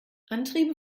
antriebe